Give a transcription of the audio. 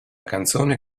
canzone